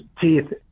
teeth